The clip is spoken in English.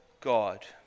God